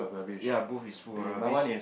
ya both is full of rubbish